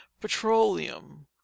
petroleum